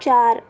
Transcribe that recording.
चार